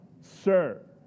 Sir